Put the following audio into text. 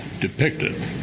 depicted